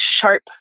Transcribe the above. sharp